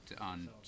on